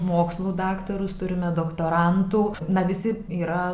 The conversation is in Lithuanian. mokslų daktarus turime doktorantų na visi yra